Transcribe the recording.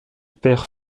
perd